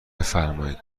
بفرمایید